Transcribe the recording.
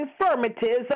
infirmities